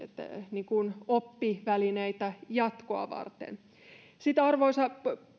oppivälineitä jatkoa varten sitten arvoisa